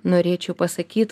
norėčiau pasakyt